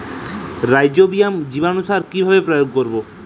Rhizobium জীবানুসার কিভাবে প্রয়োগ করব?